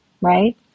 right